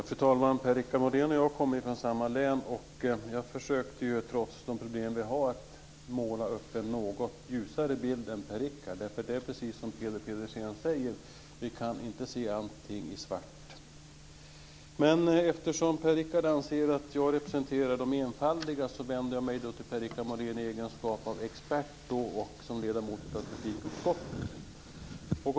Fru talman! Per-Richard Molén och jag kommer från samma län. Jag försökte, trots de problem vi har, måla upp en något ljusare bild än Per-Richard. För det är precis som Peder Pedersen säger: Vi kan inte se allting i svart. Eftersom Per-Richard anser att jag representerar de enfaldiga vänder jag mig till Per-Richard Molén i egenskap av expert och ledamot av trafikutskottet.